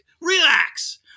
relax